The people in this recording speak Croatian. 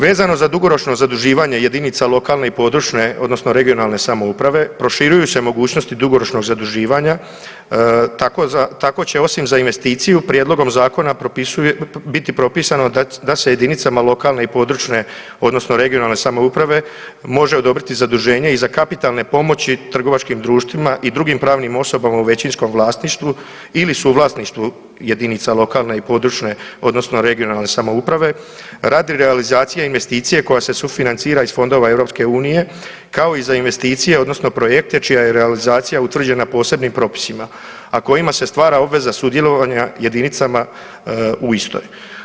Vezano za dugoročno zaduživanje jedinica lokalne i područne odnosno regionalne samouprave, proširuju se mogućnosti dugoročnog zaduživanja, tako će osim za investiciju, prijedlogom zakona biti propisano da se jedinicama lokalne i područne odnosno regionalne samouprave, može odobriti zaduženje za kapitalne pomoći trgovačkim društvima i drugim pravnim osobama u većinskom vlasništvu ili suvlasništvu jedinica lokalne i područne odnosno regionalne samouprave radi realizacije investicije koja se sufinancira iz fondova EU-a kao i za investicije odnosno projekte čija je realizacija utvrđena posebnim propisima a kojima se stvara obveza sudjelovanja jedinicama u istoj.